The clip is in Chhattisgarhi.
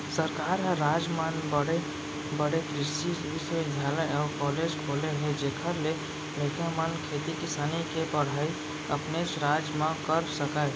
सरकार ह राज मन म बड़े बड़े कृसि बिस्वबिद्यालय अउ कॉलेज खोले हे जेखर ले लइका मन खेती किसानी के पड़हई अपनेच राज म कर सकय